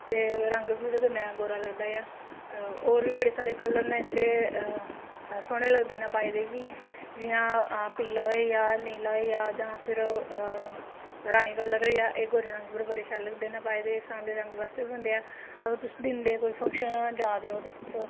ते रंग बी ओह्दे कन्नै गोरा लगदा ऐ होर बी बड़े सारे कलर न जेह्ड़े सोह्ने लगदे न पाए दे बी जियां पीला होई गेआ नीला होई गेआ जां फिर रानी कलर होई गेआ एह् गोरे रंग पर बड़े शैल लगदे न पाए दे सांवले रंग बास्तै होंदे ऐ अगर तुस दिन दे कोई फंक्शन जा दे ओ ते तुस